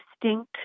distinct